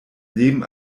leben